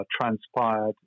transpired